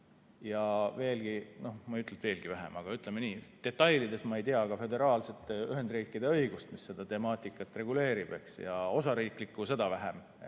on kogunud, ja ma ei ütle, et veelgi vähem, aga ütleme nii, et detailides ma ei tea ka föderaalset Ühendriikide õigust, mis seda temaatikat reguleerib, ja osariiklikku seda vähem.